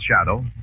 shadow